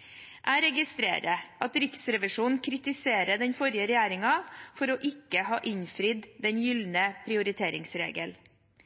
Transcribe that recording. Jeg registrerer at Riksrevisjonen kritiserer den forrige regjeringen for ikke å ha innfridd sin gylne prioriteringsregel.